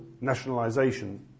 nationalisation